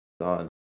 on